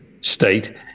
state